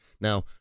Now